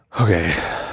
Okay